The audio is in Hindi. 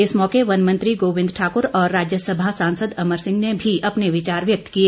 इस मौके वन मंत्री गोबिंद ठाकुर और राज्य सभा सांसद अमर सिंह ने भी अपने विचार व्यक्त किए